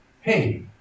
hey